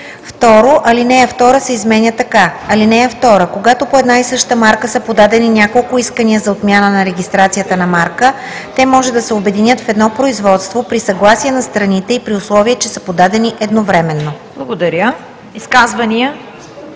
2. Алинея 2 се изменя така: „(2) Когато по една и съща марка са подадени няколко искания за отмяна на регистрацията на марка, те може да се обединят в едно производство при съгласие на страните и при условие че са подадени едновременно.“ ПРЕДСЕДАТЕЛ